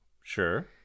sure